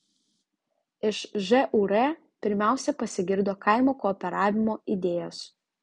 iš žūr pirmiausia pasigirdo kaimo kooperavimo idėjos